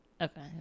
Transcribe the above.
okay